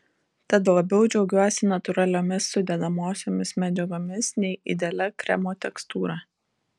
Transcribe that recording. tad labiau džiaugiuosi natūraliomis sudedamosiomis medžiagomis nei idealia kremo tekstūra